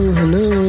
hello